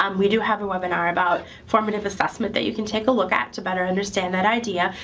um we do have a webinar about formative assessment that you can take a look at to better understand that idea.